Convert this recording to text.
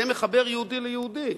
זה מחבר יהודי ליהודי.